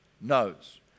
knows